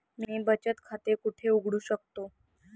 मी बचत खाते कुठे उघडू शकतो?